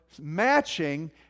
matching